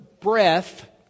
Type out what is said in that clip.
breath